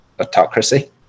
autocracy